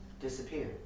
disappear